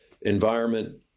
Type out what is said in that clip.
environment